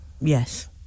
Yes